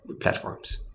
platforms